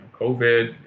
COVID